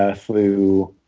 ah through